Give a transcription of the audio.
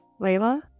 Layla